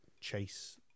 chase